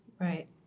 Right